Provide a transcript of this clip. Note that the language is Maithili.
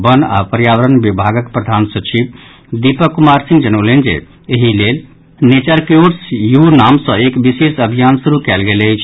वन आ पर्यावरण विभागक प्रधान सचिव दीपक कुमार सिंह जनौलनि जे एहि लेल नेचर क्योर्स यू नाम सँ एक विशेष अभियान शुरू कयल गेल अछि